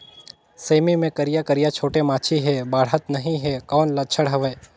सेमी मे करिया करिया छोटे माछी हे बाढ़त नहीं हे कौन लक्षण हवय?